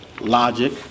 Logic